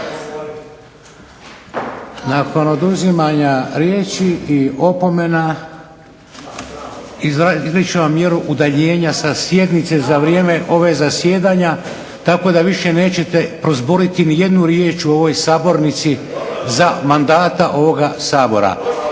Nakon oduzimanja riječi i opomena izričem vam mjeru udaljenja sa sjednice za vrijeme ovog zasjedanja tako da više nećete prozboriti nijednu riječ u ovoj sabornici za mandata ovoga Sabora.